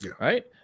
right